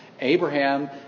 Abraham